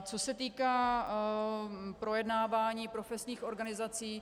Co se týká projednávání profesních organizací.